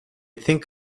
think